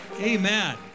Amen